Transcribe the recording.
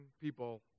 people